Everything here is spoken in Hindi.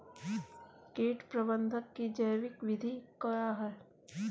कीट प्रबंधक की जैविक विधि क्या है?